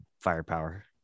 firepower